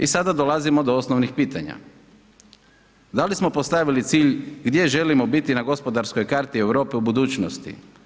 I sada dolazimo do osnovnih pitanja, da li smo postavili cilj gdje želimo biti na gospodarskoj karti Europe u budućnosti?